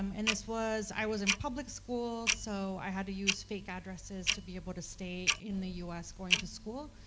um and this was, i was in public school, so i had to use fake addresses to be able to stay in the us, going to school,